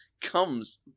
comes